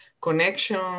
Connection